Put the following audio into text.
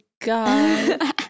god